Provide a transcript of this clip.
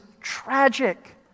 tragic